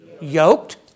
yoked